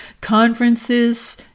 conferences